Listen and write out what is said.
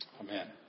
Amen